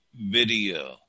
video